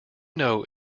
know